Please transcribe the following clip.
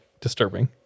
disturbing